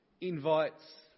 invites